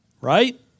right